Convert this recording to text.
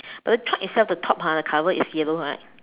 the truck itself the top ha the color is yellow right